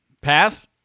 pass